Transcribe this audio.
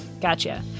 gotcha